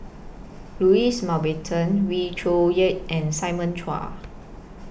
Louis Mountbatten Wee Cho Yaw and Simon Chua